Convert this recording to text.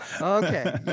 Okay